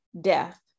death